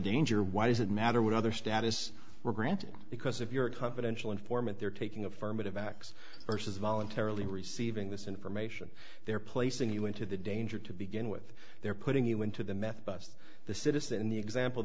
danger why does it matter what other status we're granted because if you're a confidential informant they're taking affirmative access versus voluntarily receiving this information they're placing you into the danger to begin with they're putting you into the meth bust the citizen in the example